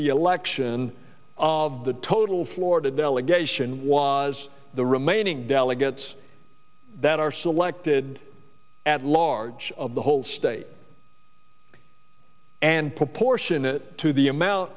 the election of the total florida delegation was the remaining delegates that are selected at large of the whole state and proportionate to the